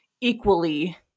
equally